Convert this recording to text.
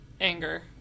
anger